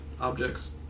objects